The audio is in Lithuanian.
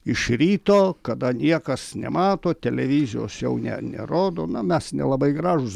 iš ryto kada niekas nemato televizijos jau ne nerodo na mes nelabai gražūs